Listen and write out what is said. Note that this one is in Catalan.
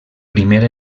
primer